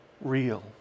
real